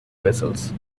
vessels